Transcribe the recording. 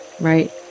right